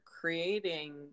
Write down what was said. creating